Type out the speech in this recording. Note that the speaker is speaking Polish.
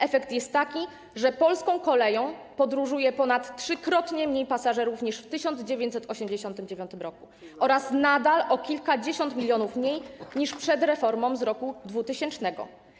Efekt jest taki, że polską koleją podróżuje ponad 3-krotnie mniej pasażerów niż w 1989 r. oraz nadal o kilkadziesiąt milionów mniej niż przed reformą z roku 2000.